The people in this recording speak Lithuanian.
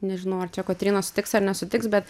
nežinau ar čia kotryna sutiks ar nesutiks bet